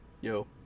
Yo